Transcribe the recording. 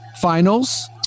finals